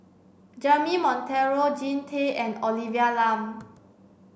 Jeremy Monteiro Jean Tay and Olivia Lum